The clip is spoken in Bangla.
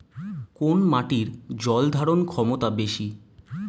কোন মাটির জল ধারণ ক্ষমতা বেশি?